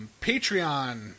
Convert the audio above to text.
Patreon